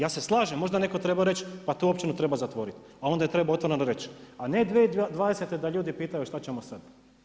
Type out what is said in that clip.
Ja se slažem, možda je netko trebao reći pa tu općinu zatvoriti a onda je trebalo otvoreno reći a ne 2020. da ljudi pitaju a šta ćemo sada.